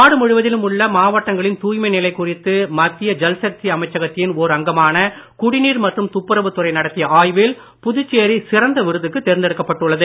நாடு முழுவதிலும் உள்ள மாவட்டங்களின் தூய்மை நிலை குறித்து மத்திய ஜல்சக்தி அமைச்சகத்தின் ஓர் அங்கமான குடிநீர் மற்றும் துப்புரவுத் புதுச்சேரி சிறந்த விருதுக்கு துறை நடத்திய தேர்ந்தெடுக்கப்பட்டுள்ளது